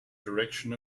direction